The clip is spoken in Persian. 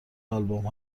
آلبوم